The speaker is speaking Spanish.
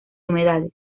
humedales